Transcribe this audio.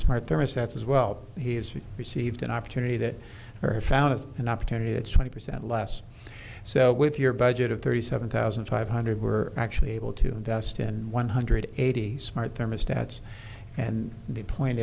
smart thermostats as well he has received an opportunity that are found as an opportunity to twenty percent less so with your budget of thirty seven thousand five hundred we're actually able to invest in one hundred eighty smart thermostats and the point